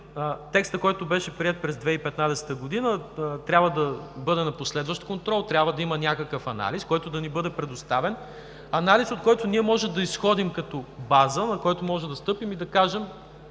текстът, който беше приет през 2015 г., трябва да бъде на последващ контрол, трябва да има някакъв анализ, който да ни бъде предоставен, анализ, от който ние можем да изходим като база, на който можем да стъпим и да кажем: